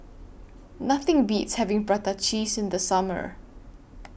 Nothing Beats having Prata Cheese in The Summer